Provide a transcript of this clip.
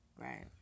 Right